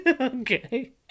Okay